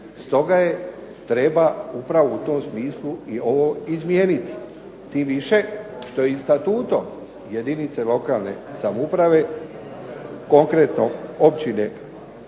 stoga je treba upravo u tom smislu ovo izmijeniti. Tim više što i statuom jedinice lokalne samouprave konkretno Općine